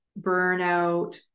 burnout